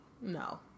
No